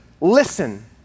listen